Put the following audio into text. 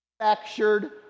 manufactured